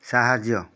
ସାହାଯ୍ୟ